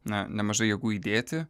na nemažai jėgų įdėti